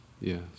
Yes